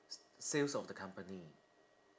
sales of the company